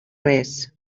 res